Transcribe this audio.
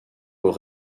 aux